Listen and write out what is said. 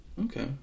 Okay